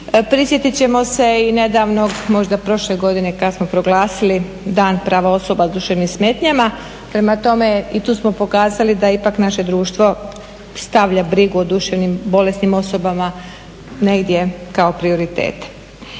Prisjetiti ćemo se i nedavnog, možda prošle godine kad smo proglasili Dan prava osoba s duševnim smetnjama. Prema tome, i tu smo pokazali da je ipak naše društvo stavlja brigu o duševnim bolesnim osobama negdje kao prioritete.